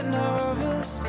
nervous